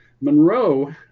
Monroe